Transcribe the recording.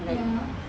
like